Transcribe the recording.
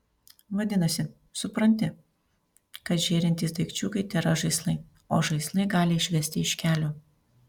vadinasi supranti kad žėrintys daikčiukai tėra žaislai o žaislai gali išvesti iš kelio